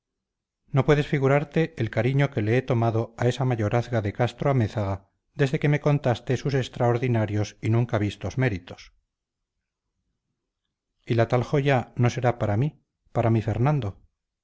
no puedes figurarte el cariño que le he tomado a esa mayorazga de castro-amézaga desde que me contaste sus extraordinarios y nunca vistos méritos y tal joya no será para mí para mi fernando